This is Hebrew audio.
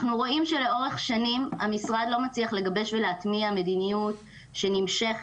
אנחנו רואים שלאורך שנים המשרד לא מצליח לגבש ולהטמיע מדיניות שנמשכת,